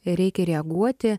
reikia reaguoti